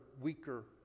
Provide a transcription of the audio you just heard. weaker